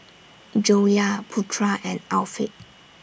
Joyah Putra and Afiq